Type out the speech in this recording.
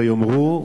ויאמרו,